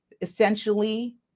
Essentially